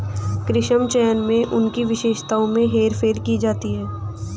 कृत्रिम चयन में उनकी विशेषताओं में हेरफेर की जाती है